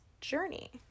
journey